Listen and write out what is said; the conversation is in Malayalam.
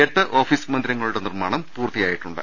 എട്ട് ഓഫീസ് മന്ദിരങ്ങളുടെ നിർമ്മാണം പൂർത്തിയായിട്ടുണ്ട്